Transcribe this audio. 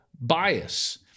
bias